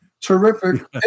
Terrific